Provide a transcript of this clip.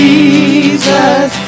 Jesus